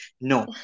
No